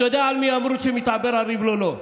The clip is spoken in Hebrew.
אתה יודע על מי אמרו שמתעבר על ריב לא לו.